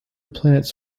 planets